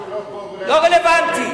הוא לא פה ולא יכול להתגונן.